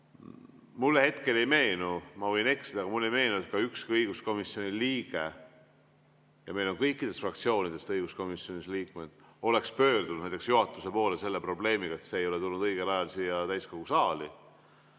Mulle hetkel ei meenu – ma võin eksida, aga mulle ei meenu –, et ükski õiguskomisjoni liige – ja meil on kõikidest fraktsioonidest õiguskomisjonis liikmed – oleks pöördunud juhatuse poole selle probleemiga, et see eelnõu ei ole tulnud õigel ajal siia täiskogu saali.